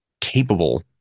capable